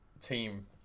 Team